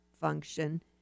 function